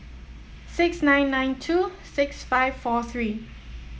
six nine nine two six five four three